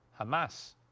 Hamas